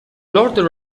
lord